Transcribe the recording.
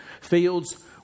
Fields